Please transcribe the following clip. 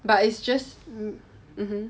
but it's just mmhmm